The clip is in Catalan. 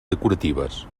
decoratives